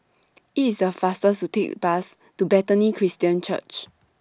IT IS The fastest to Take The Bus to Bethany Christian Church